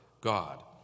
God